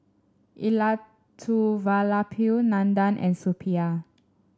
Elattuvalapil Nandan and Suppiah